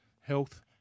health